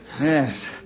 Yes